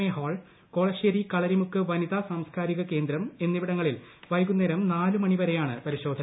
A hall Kolassery Kalarimukku വനിതാ സാംസ്കാരിക കേന്ദ്രം എന്നിവിടങ്ങളിൽ വൈകുന്നേരം നാലു മണി വരെയാണ് പരിശോധന